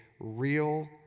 real